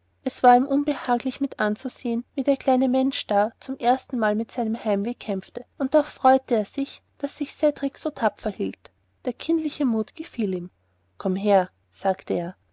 es war ihm unbehaglich mit anzusehen wie der kleine mensch da zum erstenmal mit seinem heimweh kämpfte und doch freute er sich daß cedrik sich so tapfer hielt der kindliche mut gefiel ihm komm her sagte er